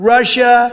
Russia